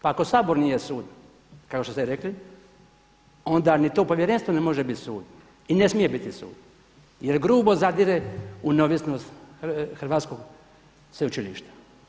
Pa ako Sabor nije sud kao što ste rekli, onda niti to Povjerenstvo ne može biti sud i ne smije biti sud, jer grubo zadire u neovisnost hrvatskog sveučilišta.